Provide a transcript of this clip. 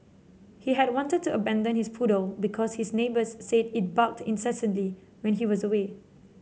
he had wanted to abandon his poodle because his neighbours said it barked incessantly when he was away